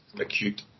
acute